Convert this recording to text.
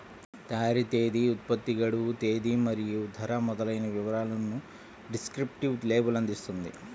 తయారీ తేదీ, ఉత్పత్తి గడువు తేదీ మరియు ధర మొదలైన వివరాలను డిస్క్రిప్టివ్ లేబుల్ అందిస్తుంది